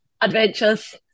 adventures